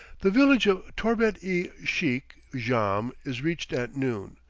the village of torbet-i-sheikh jahm is reached at noon,